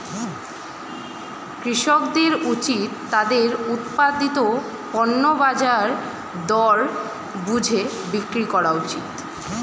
কৃষকদের উচিত তাদের উৎপাদিত পণ্য বাজার দর বুঝে বিক্রি করা উচিত